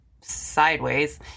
sideways